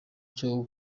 cyo